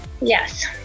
Yes